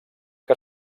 que